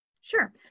Sure